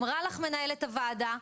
אמרה לך מנהלת הוועדה,